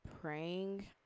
praying